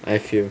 I feel